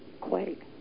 quake